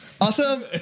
Awesome